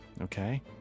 Okay